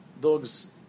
dogs